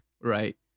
Right